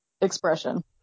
expression